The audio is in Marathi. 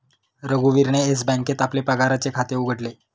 रघुवीरने येस बँकेत आपले पगाराचे खाते उघडले